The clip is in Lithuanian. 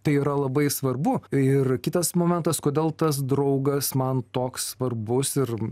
tai yra labai svarbu ir kitas momentas kodėl tas draugas man toks svarbus ir